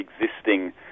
existing